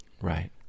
Right